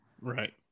Right